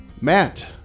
Matt